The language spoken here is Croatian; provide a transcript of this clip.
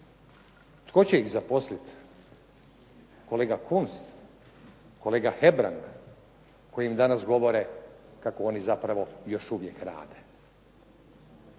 Tko će ih zaposliti? Kolega Kunst, kolgea Hegrang koji im danas govore kako oni zapravo još uvijek rade.